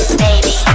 baby